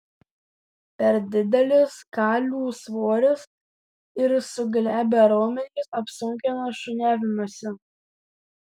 per didelis kalių svoris ir suglebę raumenys apsunkina šuniavimąsi